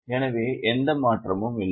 எனவே எந்த மாற்றமும் இல்லை